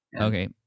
Okay